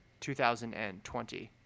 2020 –